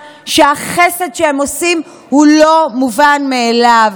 שהחסד שהם עושים הוא לא מובן מאליו.